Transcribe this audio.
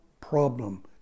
problem